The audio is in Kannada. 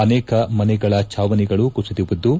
ಅನೇಕ ಮನೆಗಳ ಛಾವಣಿಗಳು ಕುಸಿದು ಬಿದ್ದು